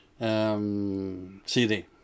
CD